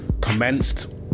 commenced